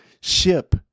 ship